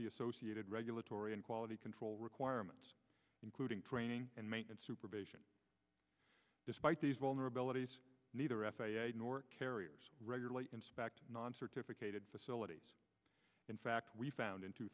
the associated regulatory and quality control requirements including training and maintenance supervision despite these vulnerabilities neither f a a nor carriers regularly inspect non certified catered facilities in fact we found in two